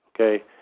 okay